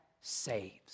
saves